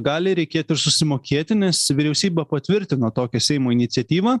gali reikėt ir susimokėti nes vyriausybė patvirtino tokią seimo iniciatyvą